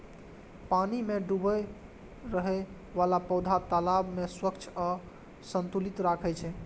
पानि मे डूबल रहै बला पौधा तालाब कें स्वच्छ आ संतुलित राखै छै